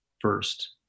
first